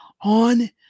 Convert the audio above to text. on